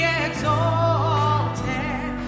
exalted